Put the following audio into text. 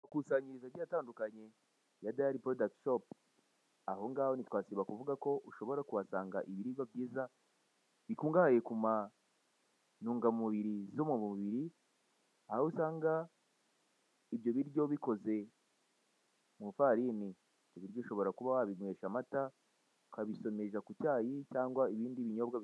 Amagi menshi ari mu bikoresho byabugenewe, biri mu ibara ry'icyatsi. Ateretse ku meza. Iruhande rwaho hahagaze umugabo wambaye umupira w'umutuku,